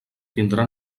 tindrà